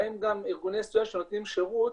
בהם גם ארגוני סיוע שנותנים שירות